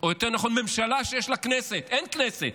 יותר נכון ממשלה שיש לה כנסת: אין כנסת,